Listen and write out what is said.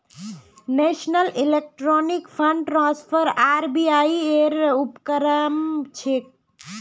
national electronic fund transfer RBI ऐर उपक्रम छेक